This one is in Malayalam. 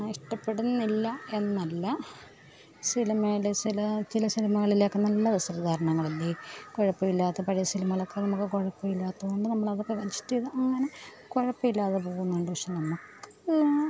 ഇഷ്ടപ്പെടുന്നില്ല എന്നല്ല സിനിമയിൽ ചില ചില സിനിമകളിലൊക്കെ നല്ല വസ്ത്രധാരണങ്ങളില്ലേ കുഴപ്പമില്ലാത്ത പഴയ സിനിമകളൊക്കെ നമുക്ക് കുഴപ്പമില്ലാത്തതുകൊണ്ട് നമ്മളതൊക്കെ അഡ്ജസ്റ്റ് ചെയ്ത് അങ്ങനെ കുഴപ്പമില്ലാതെ പോകുന്നുണ്ട് പക്ഷേ നമുക്ക്